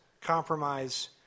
compromise